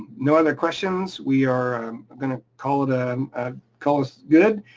no other questions? we are gonna call it a. um ah call us good.